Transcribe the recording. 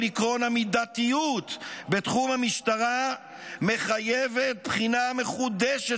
עקרון המידתיות בתחום המשטרה מחייבת בחינה מחודשת